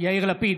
יאיר לפיד,